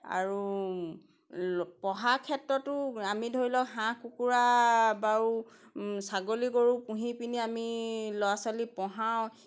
আৰু পঢ়াৰ ক্ষেত্ৰতো আমি ধৰি লওক হাঁহ কুকুৰা বা ছাগলী গৰু পুহি পিনি আমি ল'ৰা ছোৱালী পঢ়াওঁ